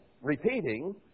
repeating